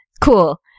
Cool